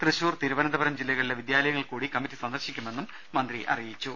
തൃശൂർ തിരുവനന്തപുരം ജില്ലകളിലെ വിദ്യാലയങ്ങൾ കൂടി കമ്മിറ്റി സന്ദർശിക്കുമെന്ന് മന്ത്രി പറഞ്ഞു